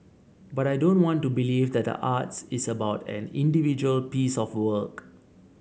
but I don't want to believe that the arts is about an individual piece of work